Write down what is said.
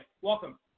Welcome